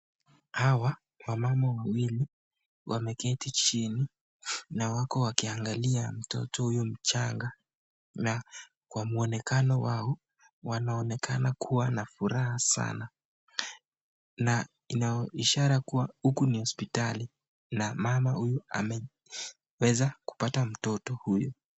Hawa ni wamama wawili wameketi chini na wako wakiangalia mtoto huyu mchanga. Na kwa mwonekana wao wanaonekana kua na furaha sana na ina ishara kua huku ni hospitali, na mama huyo ameweza kupata mtoto huyo.